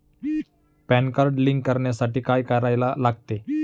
Pan card link करण्यासाठी काय करायला लागते?